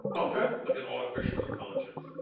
okay. like an artificial intelligence.